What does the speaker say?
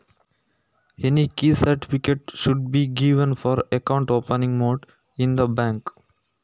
Bank ನಲ್ಲಿ account open ಮಾಡ್ಲಿಕ್ಕೆ ಯಾವುದೆಲ್ಲ ಮುಖ್ಯ ಸರ್ಟಿಫಿಕೇಟ್ ಕೊಡ್ಬೇಕು?